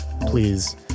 please